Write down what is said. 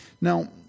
Now